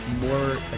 more